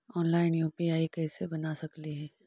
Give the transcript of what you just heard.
Online UPI कैसे बना सकली ही?